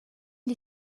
les